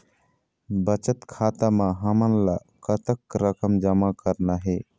बचत खाता म हमन ला कतक रकम जमा करना हे?